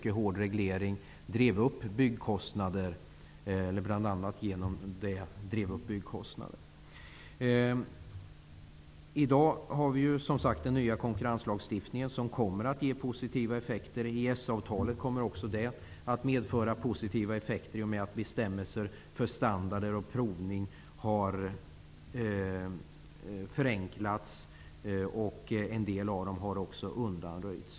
På 80-talet drev vi bl.a. genom en mycket hård reglering upp byggkostnaderna. I dag finns, som sagt, den nya konkurrenslagstiftningen, och den kommer att få positiva effekter. Också EES-avtalet kommer att få positiva effekter i och med att bestämmelser för standarder och provning har förenklats och att en del bestämmelser har undanröjts.